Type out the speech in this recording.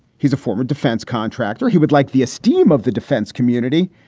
he's a former defense contractor. he would like the esteem of the defense community,